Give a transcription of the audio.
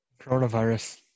Coronavirus